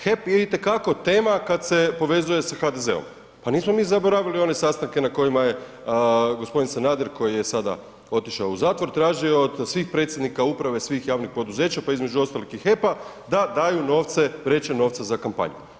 HEP je itekako tema kad se povezuje sa HDZ-om, pa nismo mi zaboravili one sastanke na kojima je g. Sanader koji je sada otišao u zatvor, tražio od svih predsjednika uprave, svih javnih poduzeća, pa između ostaloga i HEP-a da daju novce, vreće novca za kampanju.